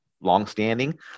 long-standing